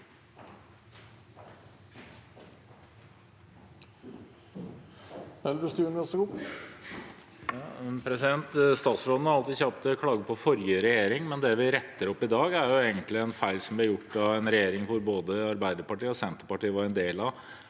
Statsråden er alltid kjapp til å klage på forrige regjering, men det vi retter opp i dag, er egentlig en feil som ble gjort av en regjering som både Arbeiderpartiet og Senterpartiet var en del av,